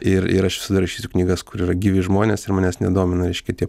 ir ir aš visada rašysiu knygas kur yra gyvi žmonės ir manęs nedomina reiškia tie